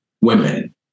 women